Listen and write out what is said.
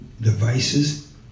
devices